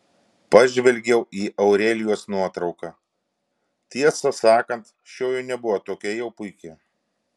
pažvelgiau į aurelijos nuotrauką tiesą sakant šioji nebuvo tokia jau puiki